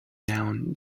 down